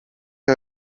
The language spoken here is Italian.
che